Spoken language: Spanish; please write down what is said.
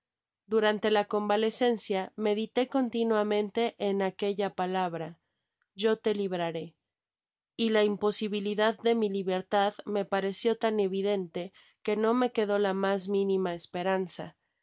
durante la convalecencia medité continuamente en aquella palabra yo te libraré y la imposibilidad de mi libertad me parecioitan evidente que no me quedó la mas minima esperanza